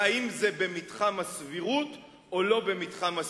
והאם זה במתחם הסבירות או לא במתחם הסבירות.